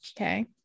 Okay